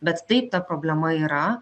bet taip ta problema yra